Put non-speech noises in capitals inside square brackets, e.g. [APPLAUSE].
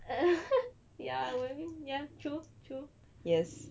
[LAUGHS] ya well true true